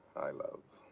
i love.